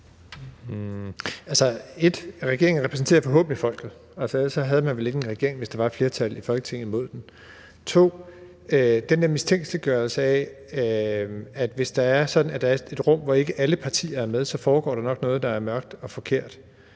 1: Regeringen repræsenterer forhåbentlig folket. Man havde vel ikke en regering, hvis der var et flertal i Folketinget imod den. 2: Den der mistænkeliggørelse af, at hvis der er et rum, hvor ikke alle partier er med, så foregår der nok noget, der er mørkt og forkert,